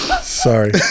sorry